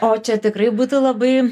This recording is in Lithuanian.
o čia tikrai būtų labai